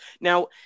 now